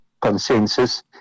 consensus